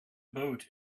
boat